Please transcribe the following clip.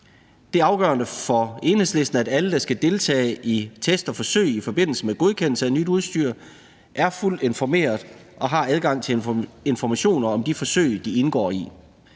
Det er afgørende for Enhedslisten, at alle, der skal deltage i test og forsøg i forbindelse med godkendelse af nyt udstyr, er fuldt informeret og har adgang til informationer om de forsøg, de indgår i.